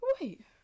wait